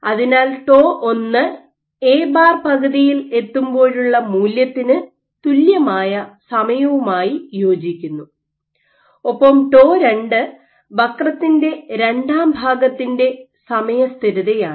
അതിനാൽ tau 1 A bar പകുതിയിൽ എത്തുമ്പോഴുള്ള മൂല്യത്തിന് തുല്യമായ സമയവുമായി യോജിക്കുന്നു ഒപ്പം ടോ 2 വക്രത്തിന്റെ രണ്ടാം ഭാഗത്തിന്റെ സമയ സ്ഥിരതയാണ്